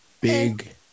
big